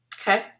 Okay